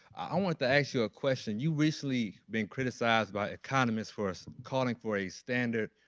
i want to ask you a question you recently been criticized by economists for calling for a standard,